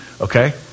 okay